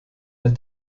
ein